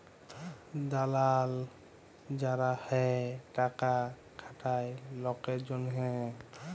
দালাল যারা হ্যয় টাকা খাটায় লকের জনহে